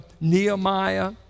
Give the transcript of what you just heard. Nehemiah